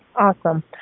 Awesome